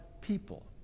people